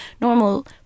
normal